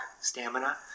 stamina